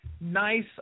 nice